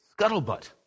scuttlebutt